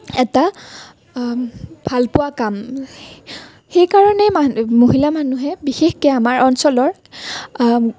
এটা ভালপোৱা কাম সেইকাৰণে মা মহিলা মানুহে বিশেষকৈ আমাৰ অঞ্চলৰ